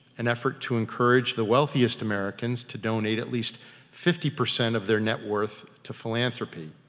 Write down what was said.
an effort to encourage the wealthiest americans to donate at least fifty percent of their net worth to philanthropy.